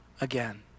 again